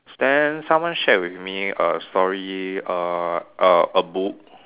then someone shared with me a story a a a book